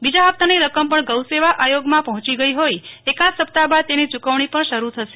બીજા ફપ્તાની રકમ પમ ગૌસેવા આયોગમાં પર્ણેયી ગઈ હોઈ એકાદ સપ્તાહ બાદ તેની યુકવણી પણ શરૂ થશે